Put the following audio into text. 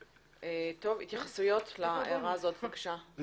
התייחסויות להערה הזאת, בבקשה.